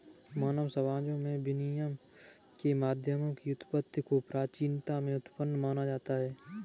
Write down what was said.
मानव समाजों में विनिमय के माध्यमों की उत्पत्ति को प्राचीनता में उत्पन्न माना जाता है